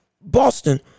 Boston